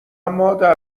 مادر